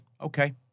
Okay